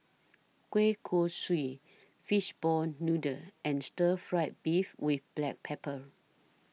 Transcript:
Kuih Kochi Fishball Noodle and Stir Fried Beef with Black Pepper